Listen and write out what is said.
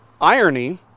irony